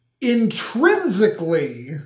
intrinsically